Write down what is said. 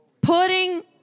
Putting